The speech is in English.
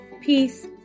peace